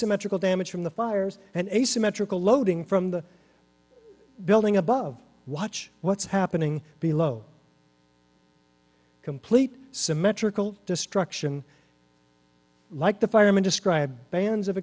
symmetrical damage from the fires and asymmetrical loading from the building above watch what's happening below complete symmetrical destruction like the firemen described bands of